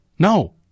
No